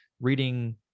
reading